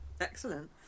Excellent